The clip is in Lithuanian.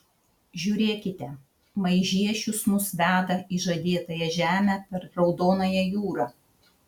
žiūrėkite maižiešius mus veda į žadėtąją žemę per raudonąją jūrą